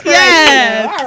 yes